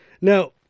now